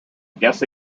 guess